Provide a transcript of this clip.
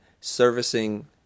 servicing